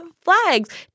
flags